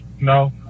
No